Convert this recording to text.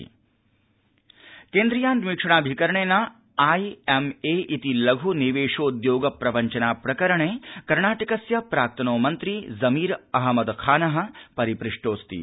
केन्द्रीयान्वीक्षणाभिकरणम् केन्द्रीयाऽन्वीक्षणाऽभिकरणेन आईएम्ए प्रि लघ्निवेशोद्योग प्रवञ्चना प्रकरणे कर्णाटकस्य प्राक्तनो मन्त्री ज़मीर अहमद खानः परिपृष्टोऽस्ति